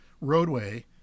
roadway